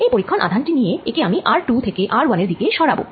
এই পরীক্ষণ আধান টি নিয়ে একে আমি r2 থেকে r1 এর দিকে সরাবো